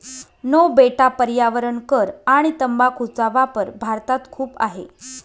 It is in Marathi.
नो बेटा पर्यावरण कर आणि तंबाखूचा वापर भारतात खूप आहे